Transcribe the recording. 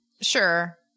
Sure